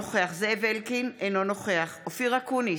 זאב אלקין, אינו נוכח אופיר אקוניס,